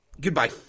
goodbye